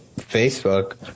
Facebook